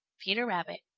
peter rabbit.